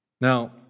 Now